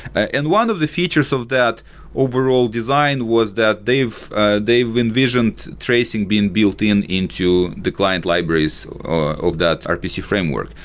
and one of the features of that overall design was that they've ah they've envisioned tracing been built in into the client libraries of that rpc framework.